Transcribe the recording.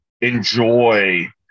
enjoy